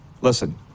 Listen